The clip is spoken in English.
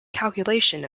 calculation